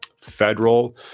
federal